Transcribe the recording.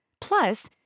Plus